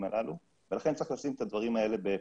הללו ולכן צריך לשים את הדברים האלה בפרופורציה.